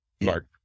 Mark